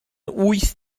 wyth